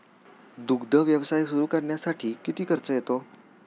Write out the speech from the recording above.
दुग्ध व्यवसाय सुरू करण्यासाठी किती खर्च येतो?